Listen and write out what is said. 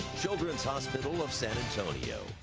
children's hospital of san antonio.